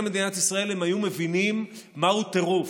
מדינת ישראל הם היו מבינים מהו טירוף.